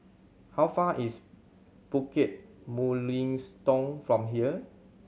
how far is Bukit Mugliston from here